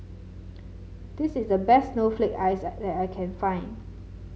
this is the best Snowflake Ice that I can find